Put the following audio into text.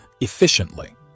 efficiently